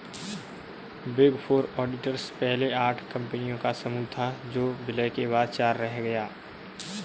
big four auditors पहले आठ कंपनियों का समूह था जो विलय के बाद चार रह गया